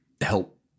help